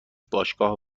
باشگاهی